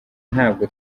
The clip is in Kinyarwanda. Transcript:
ntabwo